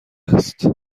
است